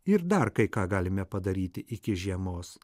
ir dar kai ką galime padaryti iki žiemos